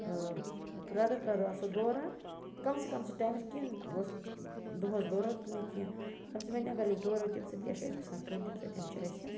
ٲ پٛریٚتھ پرٛیٚتھ دۄہ آسو دوران کمسٕے کمسٕے ٹایمس دۄہس دورو تہِ نہٕ کیٚنٛہہ کم سے وَنہٕ اگر أسۍ دورو تِم سۭتۍ کیٛاہ چھُ اَسہِ گژھان کٲم تَمہِ سۭتۍ چھُ اَسہِ